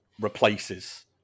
replaces